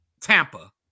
Tampa